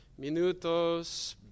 minutos